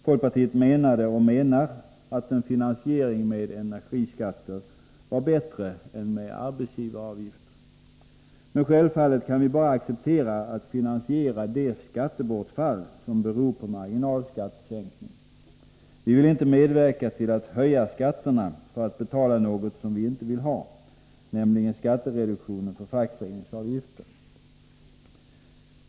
Folkpartiet menade — och menar — att en finansiering med energiskatter var bättre än en finansiering med arbetsgivaravgifter. Men självfallet kan vi bara acceptera att man finansierar det skattebortfall som beror på marginalskattesänkningen. Vi vill inte medverka till att höja skatterna för att betala något som vi inte vill ha, nämligen skattereduktionen för fackföreningsavgifter.